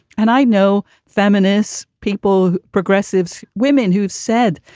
and i know feminists, people, progressives, women who've said,